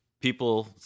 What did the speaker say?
people